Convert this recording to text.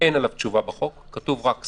אין תשובה בחוק, כתוב רק שר.